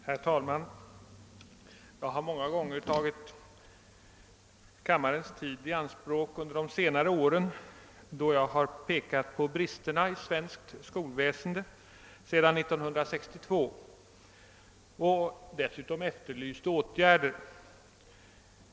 Herr talman! Jag har många gånger tagit kammarens tid i anspråk under de senare åren för att peka på bristerna i svenskt skolväsende sedan 1962 och efterlysa behövliga åtgärder.